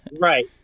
Right